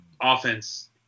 offense